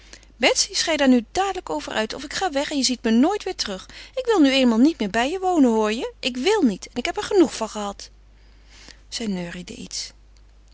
betsy schei daar nu dadelijk over uit of ik ga weg en je ziet me nooit weêr terug ik wil nu eenmaal niet meer bij je wonen hoor je ik wil niet ik heb er genoeg van gehad zij neuriede iets